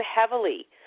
heavily